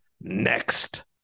next